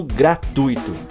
gratuito